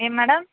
ఏం మ్యాడమ్